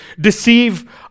deceive